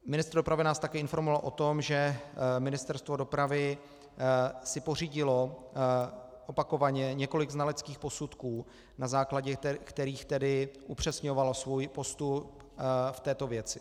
Ministr dopravy nás také informoval o tom, že Ministerstvo dopravy si pořídilo opakovaně několik znaleckých posudků, na základě kterých upřesňovalo svůj postup v této věci.